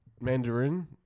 Mandarin